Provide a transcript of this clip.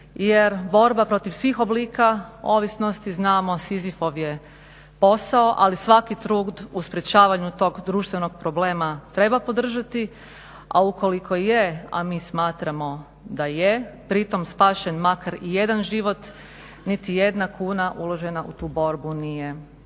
jer borba protiv svih oblika ovisnosti, znamo Sizifov je posao, ali svaki trud u sprječavanju tog društvenog problema treba podržati, a ukoliko je, a mi smatramo da je pri tom spašen makar i jedan život, niti jedna kuna uložena u tu borbu nije